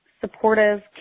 supportive